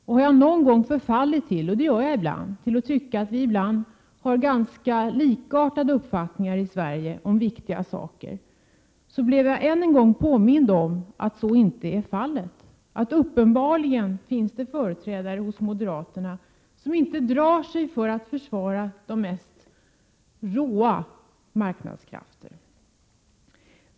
Och har jag någon gång förfallit till — och det gör jag ibland — att tycka att vi i Sverige har ganska likartade uppfattningar om viktiga saker, blev jag än en gång påmind om att så inte är fallet. Uppenbarligen finns det företrädare för moderaterna som inte drar sig för att försvara de mest råa marknadskrafter.